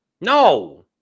No